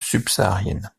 subsaharienne